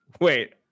Wait